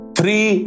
Three